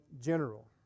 general